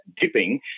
dipping